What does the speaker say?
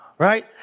Right